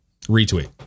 Retweet